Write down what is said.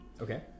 okay